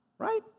Right